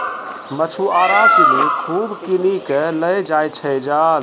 मछुआरा सिनि खूब किनी कॅ लै जाय छै जाल